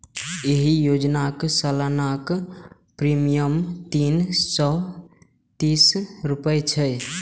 एहि योजनाक सालाना प्रीमियम तीन सय तीस रुपैया छै